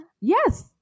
yes